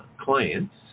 clients